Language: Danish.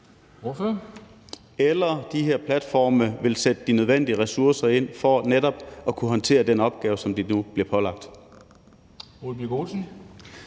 Eller også de her platforme vil sætte de nødvendige ressourcer ind for netop at kunne håndtere den opgave, som de nu bliver pålagt.